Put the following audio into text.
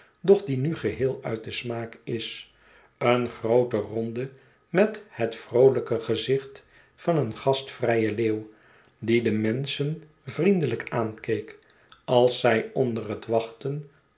doch die nu geheel uit den smaak is een groote ronde met het vroolijke gezicht van een gastvrijen leeuw die de menschen vriendelijk aankeek als zij onder het wachten